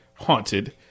haunted